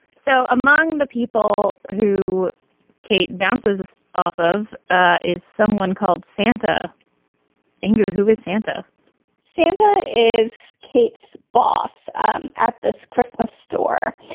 so among the people who kate bounces off of ah is someone called santa anger who is santa santa is kate's boss um at this christmas store.